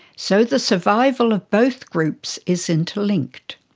so the survival of both groups is interlinked.